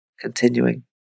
continuing